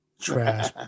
Trash